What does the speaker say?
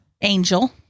Angel